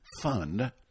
fund